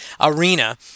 Arena